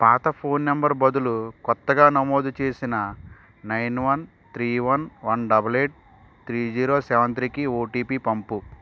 పాత phone number బదులు క్రొత్తగా నమోదు చేసిన nine one three one one double eight three zero seven త్రీకి ఓటీపీ పంపుము